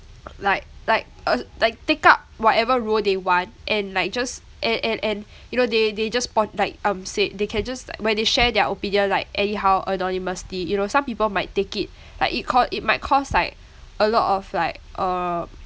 like like uh like take out whatever rule they want and like just and and and you know they they just pon~ like I would say they can just like when they share their opinion like anyhow anonymously you know some people might take it like it cau~ it might cause like a lot of like uh